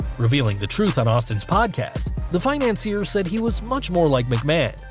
revealing the truth on austin's podcast, the financer said he was much more like mcmahon,